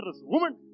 woman